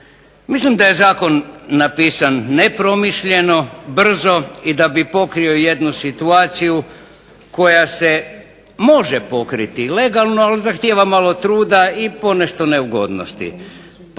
Mislim da je zakon napisan nepromišljeno, brzo i da bi pokrio jednu situaciju koja se može pokriti legalno ali zahtijeva malo truda i ponešto neugodnosti.